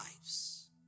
lives